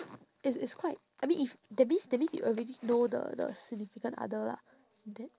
it's it's quite I mean if that means that means you already know the the significant other lah then